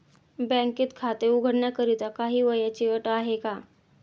बँकेत खाते उघडण्याकरिता काही वयाची अट आहे का?